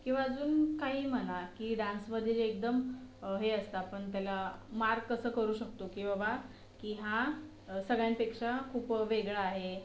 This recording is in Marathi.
किंवा अजून काही म्हणा की डान्समध्ये जे एकदम हे असता आपण त्याला मार्क असं करू शकतो की बाबा की हा सगळ्यांपेक्षा खूप वेगळा आहे